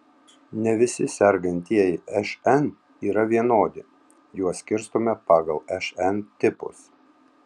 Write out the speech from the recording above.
ne visi sergantieji šn yra vienodi juos skirstome pagal šn tipus